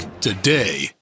Today